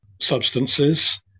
substances